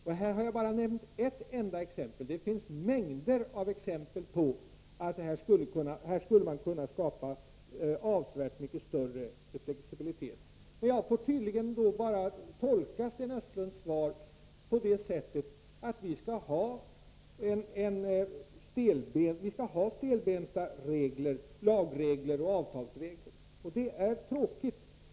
Jag har här nämnt bara ett enda exempel, men det finns mängder av exempel som visar att man skulle kunna skapa avsevärt mycket större flexibilitet. Jag får tydligen tolka Sten Östlunds förslag på det sättet att han menar att vi skall ha stelbenta lagregler och avtalsregler. Det är tråkigt.